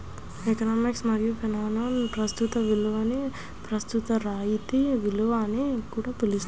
economics మరియు ఫైనాన్స్లో ప్రస్తుత విలువని ప్రస్తుత రాయితీ విలువ అని కూడా పిలుస్తారు